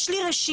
יש לי רשימה,